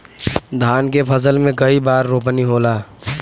धान के फसल मे कई बार रोपनी होला?